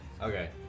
Okay